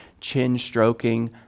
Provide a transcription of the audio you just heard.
chin-stroking